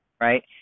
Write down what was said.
right